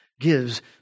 gives